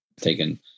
taken